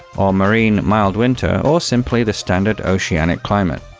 or marine mild winter, or simply the standard oceanic climate.